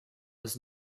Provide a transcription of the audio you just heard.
was